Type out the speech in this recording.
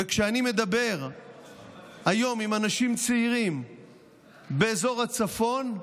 כשאני מדבר היום עם אנשים צעירים באזור הצפון,